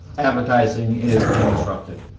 advertising is being disrupted.